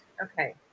Okay